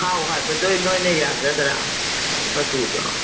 ꯊꯥꯎ ꯍꯥꯏꯕꯗꯣ ꯅꯣꯏꯅ ꯌꯥꯒꯗ꯭ꯔꯥ ꯃꯆꯨꯗꯣ